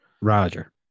Roger